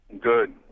Good